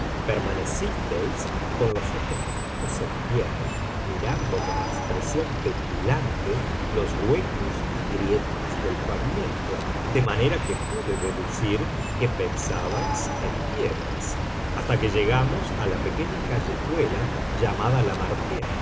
permanecisteis con los ojos fijos en tierra mirando con expresión petulante los huecos y grietas del pavimento de manera que pude deducir que pensabais en piedras hasta que llegamos a la pequeña callejuela llamada